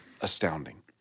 Astounding